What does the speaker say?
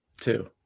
Two